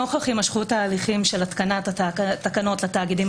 נוכח הימשכות ההליכים של התקנת התקנות לתאגידים